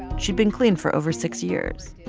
she'd been clean for over six years,